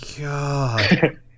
God